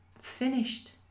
finished